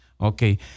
Okay